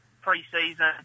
pre-season